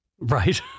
Right